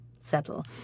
settle